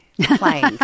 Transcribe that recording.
playing